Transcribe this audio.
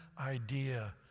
idea